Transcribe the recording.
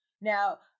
now